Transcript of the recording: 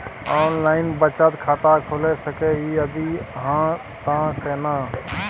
Online बचत खाता खुलै सकै इ, यदि हाँ त केना?